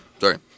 Sorry